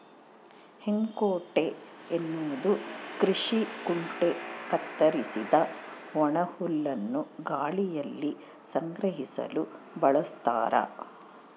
ಹೇಕುಂಟೆ ಎನ್ನುವುದು ಕೃಷಿ ಕುಂಟೆ ಕತ್ತರಿಸಿದ ಒಣಹುಲ್ಲನ್ನು ಗಾಳಿಯಲ್ಲಿ ಸಂಗ್ರಹಿಸಲು ಬಳಸ್ತಾರ